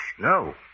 No